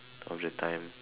of the time